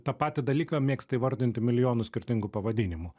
tą patį dalyką mėgsta įvardinti milijonu skirtingų pavadinimų